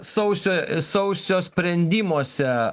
sausio sausio sprendimuose